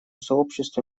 сообществу